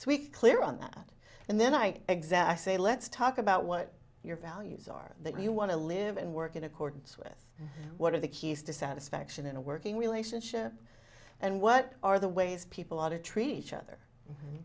we clear on that and then i exact say let's talk about what your values are that you want to live and work in accordance with what are the keys to satisfaction in a working relationship and what are the ways people ought to treat each other